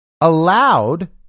allowed